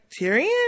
Tyrion